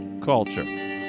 culture